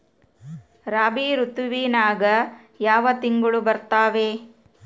ರಾಬಿ ಋತುವಿನ್ಯಾಗ ಯಾವ ತಿಂಗಳು ಬರ್ತಾವೆ?